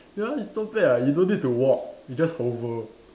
ya it's not bad [what] you don't need to walk you just hover